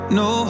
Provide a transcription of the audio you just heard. no